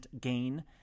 gain